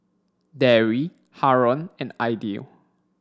Dewi Haron and Aidil